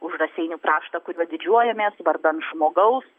už raseinių kraštą kuriuo didžiuojamės vardan žmogaus